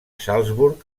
salzburg